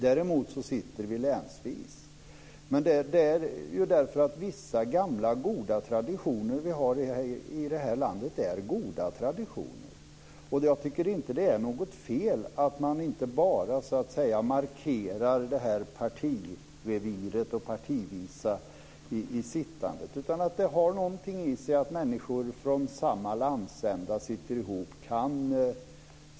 Däremot sitter vi länsvis. Det är därför att vissa gamla traditioner vi har i det här landet är goda traditioner. Jag tycker inte att det är något fel att man inte bara markerar partireviret och det partivisa i sittandet. Det finns något i att människor från samma landsända sitter ihop.